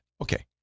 Okay